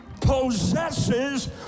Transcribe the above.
possesses